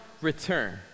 return